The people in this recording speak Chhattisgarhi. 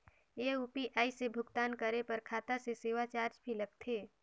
ये यू.पी.आई से भुगतान करे पर खाता से सेवा चार्ज भी लगथे?